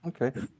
Okay